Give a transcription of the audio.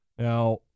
Now –